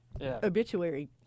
obituary